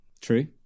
True